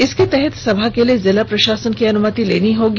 इसके तहत सभा के लिए जिला प्रशासन की अनुमति लेनी होगी